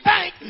Bank